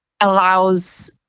allows